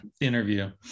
interview